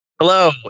Hello